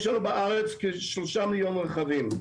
יש בארץ כ-3 מיליון רכבים.